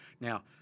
Now